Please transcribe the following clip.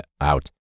out